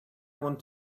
want